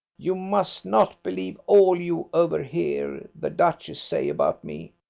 you must not believe all you overhear the duchess say about me.